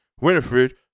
Winifred